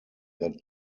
that